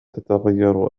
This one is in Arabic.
تتغير